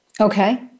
okay